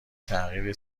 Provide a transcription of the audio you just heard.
تغییر